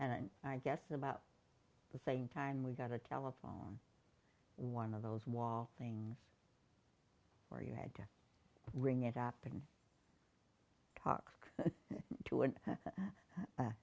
and then i guess about the same time we got a telephone one of those wall things where you had to ring it up and talk